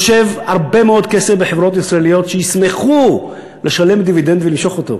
שיושב הרבה מאוד כסף בחברות ישראליות שישמחו לשלם דיבידנד ולמשוך אותו.